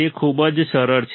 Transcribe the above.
તે ખૂબ જ સરળ છે